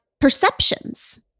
perceptions